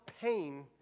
pain